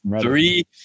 Three